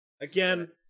Again